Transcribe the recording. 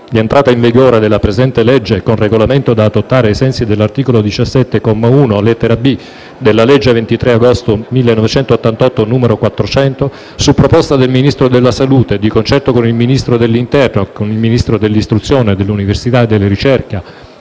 entrata in vigore della presente legge, con regolamento da adottare ai sensi dell'articolo 17, comma 1, lettera *b)*, della legge 23 agosto 1988, n. 400, su proposta del Ministro della salute, di concerto con il Ministro dell'interno e con il Ministro dell'istruzione, dell'università e della ricerca,